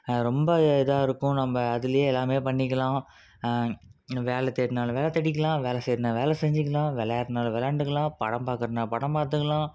அது ரொம்ப இதாருக்கும் நம்ம அதுலேயே எல்லாம் பண்ணிக்கலாம் வேலை தேடுனாலும் வேலை தேடிக்கலாம் வேலை செய்யறதுனா வேலை செஞ்சிக்கலாம் விளையாட்னாலும் விளையாண்டுக்கலாம் படம் பார்க்குறதுனா படம் பார்த்துக்கலாம்